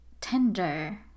tender